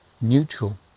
neutral